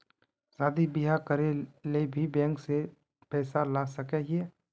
शादी बियाह करे ले भी बैंक से पैसा ला सके हिये?